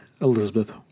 Elizabeth